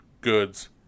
goods